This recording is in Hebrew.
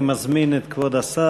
אני מזמין את כבוד השר,